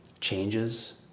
changes